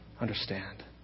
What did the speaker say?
understand